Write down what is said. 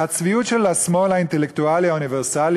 הצביעות של השמאל האינטלקטואלי האוניברסלי